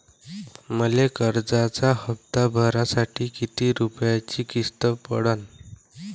मले कर्जाचा हप्ता भरासाठी किती रूपयाची किस्त पडन?